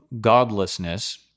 godlessness